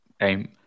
time